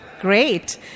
Great